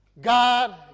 God